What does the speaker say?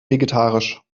vegetarisch